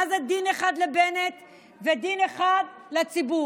מה זה דין אחד לבנט ודין אחד לציבור?